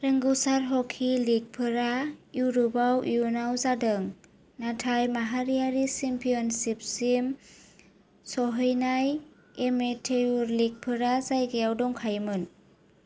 रोंग'सार hockey league फोरा युर'पाव इयुनाव जादों नाथाय माहारियारि चेम्पियनशिपसिम सौहैनाय एमेतेयुर लीग फोरा जायगायाव दंखायोमोन